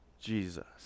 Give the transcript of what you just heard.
Jesus